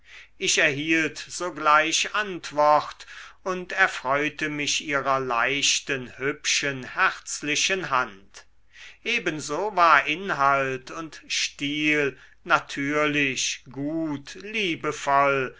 ich erhielt sogleich antwort und erfreute mich ihrer leichten hübschen herzlichen hand ebenso war inhalt und stil natürlich gut